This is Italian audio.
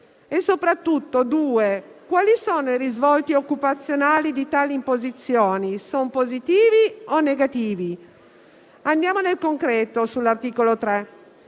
E soprattutto, secondo: quali sono i risvolti occupazionali di tali imposizioni? Sono positivi o negativi? Andiamo nel concreto sull'articolo 3.